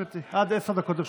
בבקשה, גברתי, עד עשר דקות לרשותך.